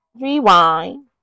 rewind